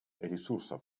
ресурсов